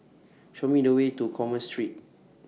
Show Me The Way to Commerce Street